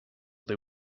they